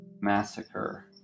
Massacre